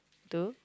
two